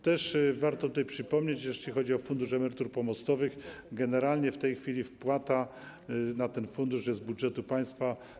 Też warto tutaj przypomnieć, że jeśli chodzi o Fundusz Emerytur Pomostowych, generalnie w tej chwili wpłata na ten fundusz jest wpłatą z budżetu państwa.